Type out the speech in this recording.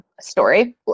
story